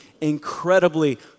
incredibly